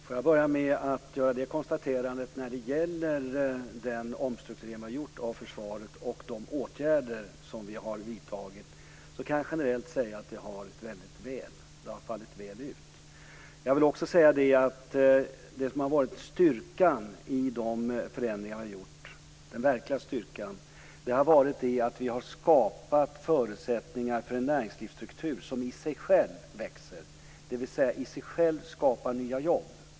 Fru talman! När det gäller den omstrukturering av försvaret som vi har gjort och de åtgärder som vi har vidtagit kan jag generellt säga att de har fallit väl ut. Det som har varit den verkliga styrkan i de förändringar vi har gjort har varit att vi har skapat förutsättningar för en näringslivsstruktur som växer och skapar nya jobb i sig själv.